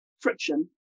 friction